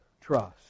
trust